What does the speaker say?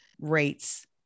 rates